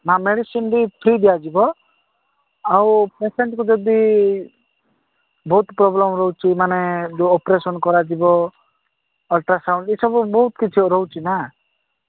ନାଁ ମେଡିସିନ୍ ବି ଫ୍ରି ଦିଆଯିବ ଆଉ ପେସେଣ୍ଟକୁ ଯଦି ବହୁତ ପ୍ରୋବ୍ଲେମ୍ ରହୁଛି ମାନେ ଯୋଉ ଅପରେସନ୍ କରାଯିବ ଅଲ୍ଟ୍ରାସାଉଣ୍ଡ ଏସବୁ ବହୁତ କିଛି ରହୁଛି ନା